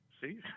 See